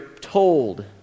told